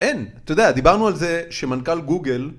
אין, אתה יודע, דיברנו על זה שמנכ״ל גוגל